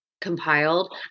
Compiled